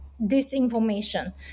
disinformation